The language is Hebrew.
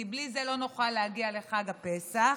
כי בלי זה לא נוכל להגיע לחג הפסח,